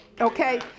Okay